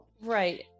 Right